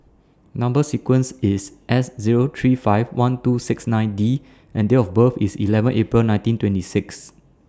Number sequence IS S Zero three five one two six nine D and Date of birth IS eleven April nineteen twenty six